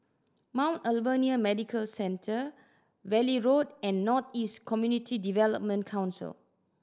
Mount Alvernia Medical Centre Valley Road and North East Community Development Council